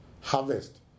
harvest